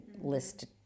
list